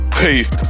Peace